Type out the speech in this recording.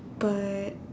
but